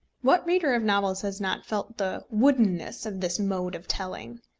what reader of novels has not felt the woodenness of this mode of telling?